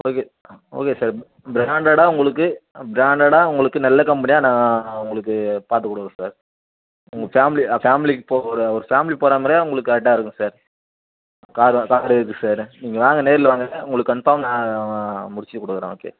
okay ஆ okay sir பிராண்டடா உங்களுக்கு பிராண்டடா உங்களுக்கு நல்ல கம்பெனியாக நான் உங்களுக்கு பார்த்துக் கொடுக்குறேன் சார் உங்கள் ஃபேம்லி ஆ ஃபேம்லி போ ஒரு ஒரு ஃபேம்லி போகிறா மாதிரியே உங்களுக்கு கரெக்டாக இருக்கும் சார் காரு கார் இருக்குது சார் நீங்கள் வாங்க நேரில் வாங்க சார் உங்களுக்கு கன்ஃபார்ம் நான் முடித்துக் கொடுக்குறேன் ஓகே